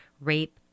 rape